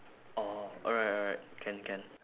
orh alright alright can can